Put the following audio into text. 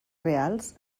reals